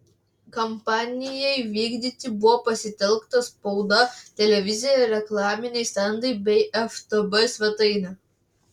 kampanijai vykdyti buvo pasitelkta spauda televizija reklaminiai stendai bei ftb svetainė